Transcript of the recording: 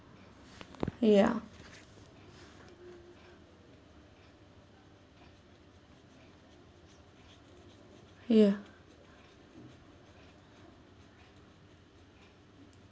ya ya